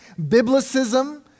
Biblicism